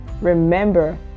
remember